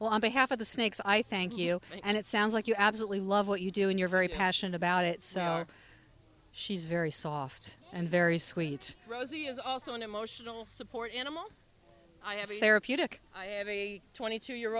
well on behalf of the snakes i thank you and it sounds like you absolutely love what you do and you're very passionate about it so she's very soft and very sweet rosie is also an emotional support animal i have a therapeutic i am a twenty two year